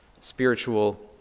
spiritual